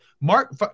mark